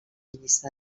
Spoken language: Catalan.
llista